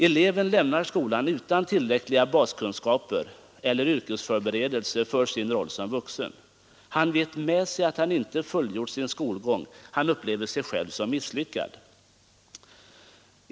Eleven lämnar skolan utan tillräckliga baskunskaper eller yrkesförberedelse för sin roll som vuxen. Han vet med sig att han inte fullgjort sin skolgång och upplever sig själv som misslyckad.